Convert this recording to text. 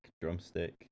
drumstick